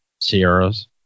Sierras